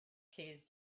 keys